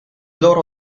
loro